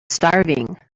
starving